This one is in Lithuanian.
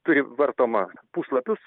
turi vartomą puslapius